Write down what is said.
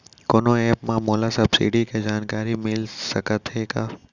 कोनो एप मा मोला सब्सिडी के जानकारी मिलिस सकत हे का?